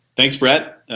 thanks brett,